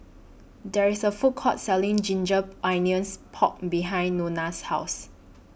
There IS A Food Court Selling Ginger Onions Pork behind Nona's House